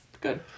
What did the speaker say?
good